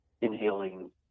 inhaling